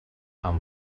amb